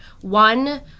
one